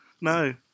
No